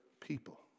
people